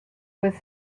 with